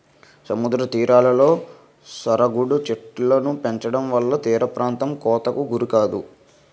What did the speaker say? సముద్ర తీరాలలో సరుగుడు చెట్టులు పెంచడంవల్ల తీరప్రాంతం కోతకు గురికాదు